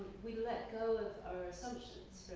we let go of our assumptions